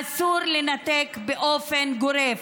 אסור לנתק באופן גורף.